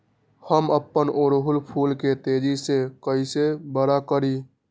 हम अपना ओरहूल फूल के तेजी से कई से बड़ा करी?